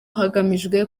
hagamijwe